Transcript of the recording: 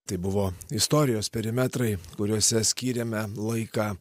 tai buvo istorijos perimetrai kuriuose skyrėme laiką